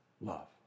love